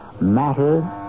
matter